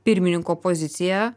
pirmininko poziciją